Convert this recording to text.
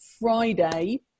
Friday